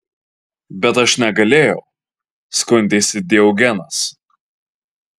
bet aš negalėjau skundėsi diogenas